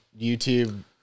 YouTube